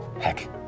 Heck